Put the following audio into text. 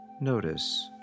notice